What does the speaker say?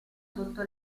sotto